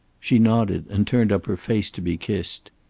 she nodded, and turned up her face to be kissed.